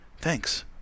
thanks